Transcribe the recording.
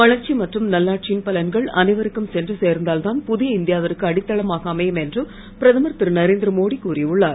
வளர்ச்சி மற்றும் நல்லாட்சியின் பலன்கள் அனைவருக்கும் சென்று சேர்ந்தால் தான் புதிய இந்தியாவிற்கு அடித்தளமாக அமையும் என்று பிரதமர் திருநரேந்திரமோடி கூறியுள்ளார்